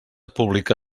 pública